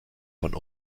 von